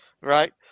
Right